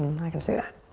not gonna say that.